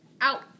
Out